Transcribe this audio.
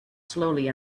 slowly